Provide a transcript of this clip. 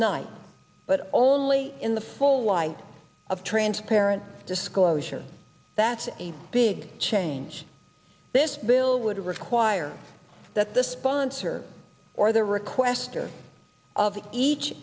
night but always in the full light of transparent disclosure that's a big change this bill would require that the sponsor or the requester of each